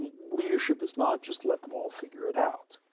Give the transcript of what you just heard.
leadership is not just let them all figure it out.